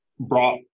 brought